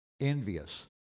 envious